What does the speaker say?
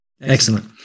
excellent